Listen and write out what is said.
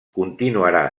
continuarà